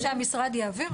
מרגע שהמשרד יעביר,